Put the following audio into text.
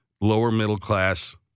lower-middle-class